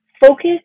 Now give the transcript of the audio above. focus